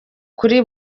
kuri